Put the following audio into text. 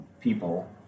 people